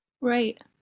Right